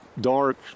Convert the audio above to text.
dark